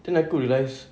then aku realise